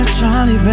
Charlie